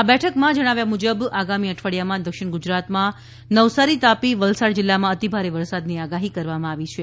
આ બેઠકમાં જણાવ્યા મુજબ આગામી અઠવાડિયામાં દક્ષિણ ગુજરાતમાં નવસારી તાપી વલસાડ જિલ્લામાં અતિ ભારે વરસાદની આગાહી કરવામાં આવી છે